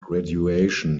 graduation